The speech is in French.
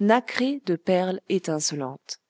nacré de perles étincelantes